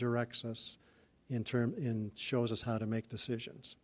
directs us in term in shows us how to make decisions